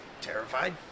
terrified